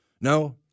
No